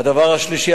הדבר השלישי,